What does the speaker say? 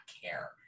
care